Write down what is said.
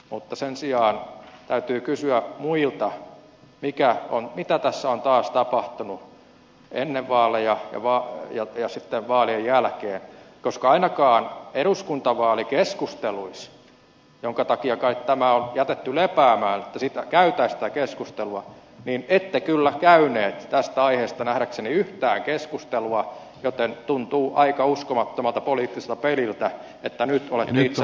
mutta sen sijaan täytyy kysyä muilta mitä tässä on taas tapahtunut ennen vaaleja ja vaalien jälkeen koska ainakaan eduskuntavaalikeskusteluissa sen takia kai tämä on jätetty lepäämään että siitä käytäisiin sitä keskustelua ette kyllä käyneet tästä aiheesta nähdäkseni yhtään keskustelua joten tuntuu aika uskomattomalta poliittiselta peliltä että nyt olette itsenne kanssa eri mieltä